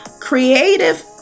creative